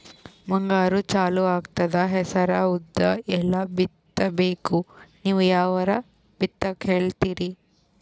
ಮುಂಗಾರು ಚಾಲು ಆಗ್ತದ ಹೆಸರ, ಉದ್ದ, ಎಳ್ಳ ಬಿತ್ತ ಬೇಕು ನೀವು ಯಾವದ ಬಿತ್ತಕ್ ಹೇಳತ್ತೀರಿ?